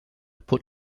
put